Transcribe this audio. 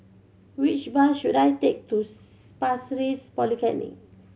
which bus should I take to Pasir Ris Polyclinic